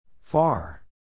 Far